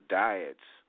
diets